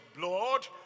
blood